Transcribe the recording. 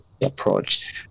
approach